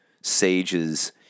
sages